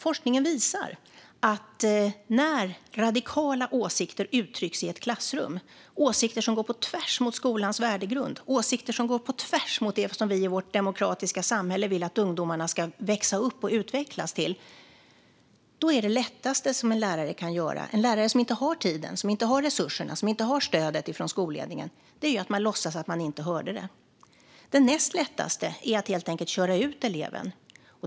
Forskningen visar att när radikala åsikter uttrycks i ett klassrum - åsikter som går på tvärs mot skolans värdegrund och åsikter som går på tvärs mot det som vi i vårt demokratiska samhälle vill att ungdomarna ska växa upp och utvecklas till - är det lättaste en lärare kan göra, en lärare som inte har tiden eller resurserna och som inte har stödet från skolledningen, att låtsas att man inte hörde. Det näst lättaste är att helt enkelt köra ut eleven.